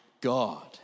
God